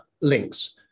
links